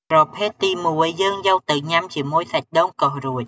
ប្រភេទទីមួយ យើងយកទៅញុំាជាមួយសាច់ដូងកោសរួច។